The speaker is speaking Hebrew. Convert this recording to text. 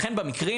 לכן במקרים,